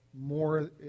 more